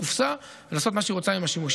קופסה ולעשות מה שהיא רוצה עם השימושים,